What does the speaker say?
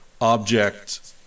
object